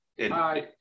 Hi